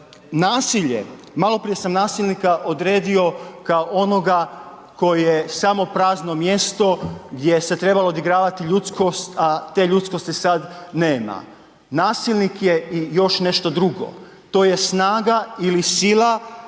Nasilje, maloprije sam nasilnika odredio kao onoga koji je samo prazno mjesto gdje se trebalo odigravati ljudskost, a te ljudskosti sad nema. Nasilnik je i još nešto drugo, to je snaga ili sila